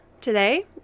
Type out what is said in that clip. today